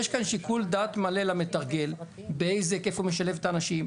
יש כאן שיקול דעת מלא למתרגל באיזה היקף הוא משלב את האנשים,